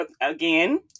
again